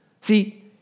See